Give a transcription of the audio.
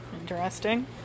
Interesting